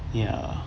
ya